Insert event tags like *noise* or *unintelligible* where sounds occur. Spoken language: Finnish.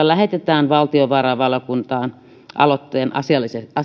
*unintelligible* lähetetään valtiovarainvaliokuntaan aloitteen asiallista